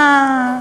חיליק, אתה,